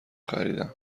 خریدم